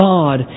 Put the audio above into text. God